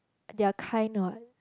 they are kind what